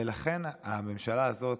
ולכן הממשלה הזאת,